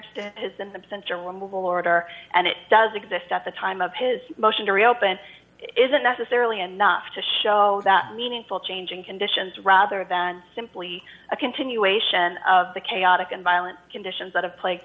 order and it does exist at the time of his motion to reopen isn't necessarily enough to show that meaningful change in conditions rather than simply a continuation of the chaotic and violent conditions